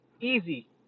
easy